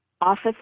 office